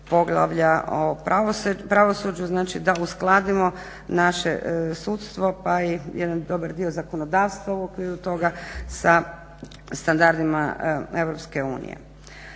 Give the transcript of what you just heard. poglavlja o pravosuđu, znači da uskladimo naše sudstvo pa i jedan dobar dio zakonodavstva u okviru toga sa standardima EU.